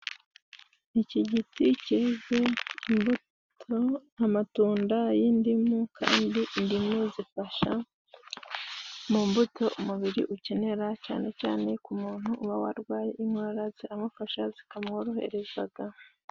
Iki giti cyeze imbuto, amatunda y'indimu kandi indimu zifasha mu mbuto umubiri ukenera, cyane cyane ku muntu uba warwaye inkorora, zikamufasha zikamworohereza.